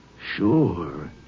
Sure